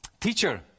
teacher